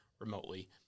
remotely